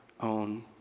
own